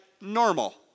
normal